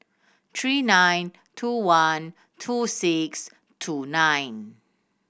three nine two one two six two nine